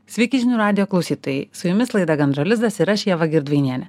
sveiki žinių radijo klausytojai su jumis laida gandro lizdas ir aš ieva girdvainienė